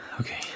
Okay